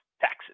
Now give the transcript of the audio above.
taxes